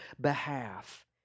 behalf